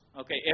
Okay